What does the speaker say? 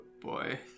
boy